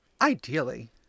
ideally